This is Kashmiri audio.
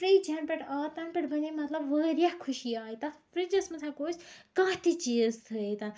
آو تَنہٕ پٮ۪ٹھ بَنے مطلب واریاہ خوشی آیہِ تَتھ فرجَس منٛز ہیٚکو أسۍ کانٛہہ تہِ چیٖز تھٲیِتھ مطلب سیُن